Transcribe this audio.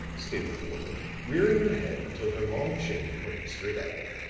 stated the woman, rearing her head until her long chin pointed straight at them.